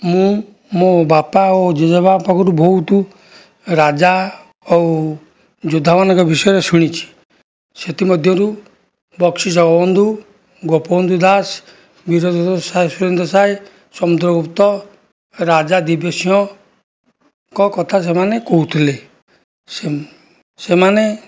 ମୁଁ ମୋ ବାପା ଓ ଜେଜେବାପାଙ୍କଠାରୁ ବହୁତ ରାଜା ଆଉ ଯୋଦ୍ଧାମାନଙ୍କ ବିଷୟରେ ଶୁଣିଛି ସେଥିମଧ୍ୟରୁ ବକ୍ସି ଜଗବନ୍ଧୁ ଗୋପବନ୍ଧୁ ଦାସ ବୀର ସୁରେନ୍ଦ୍ର ସାଏ ସମୁଦ୍ର ଗୁପ୍ତ ରାଜା ଦିବ୍ୟ ସିଂହଙ୍କ କଥା ସେମାନେ କହୁଥିଲେ ସେମାନେ